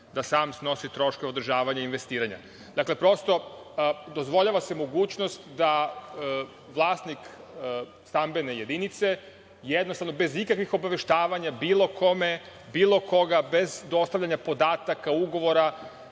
da sam snosi troškove održavanja i investiranja. Dakle, dozvoljava se mogućnost da vlasnik stambene jedinice, jednostavno, bez ikakvih obaveštavanja bilo kome, bilo koga, bez dostavljanja podataka ugovora,